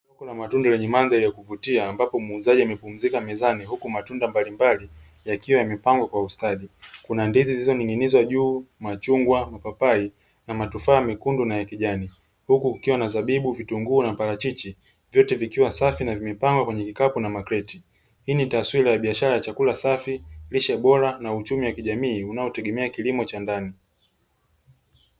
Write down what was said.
Soko la matunda lenye madhari ya kuvutia ambapo muuzaji amepumzika mezani huku matunda mbalimbali yakiwa yamepangwa kwa ustadi. Kuna ndizi zilizoningwa juu machungwa, mapapai, na matufaa mekundu na ya kijani, huku kukiwa na zabibu, vitunguu, na parachichi; vyote vikiwa safi na vimepangwa kwenye kikapu na makreti. Hii ni taswira ya biashara ya chakula safi, lishe bora, na uchumi wa kijamii unaotegemea kilimo cha ndani.